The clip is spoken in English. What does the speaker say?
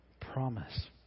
promise